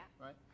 Right